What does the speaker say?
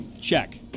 Check